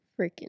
freaking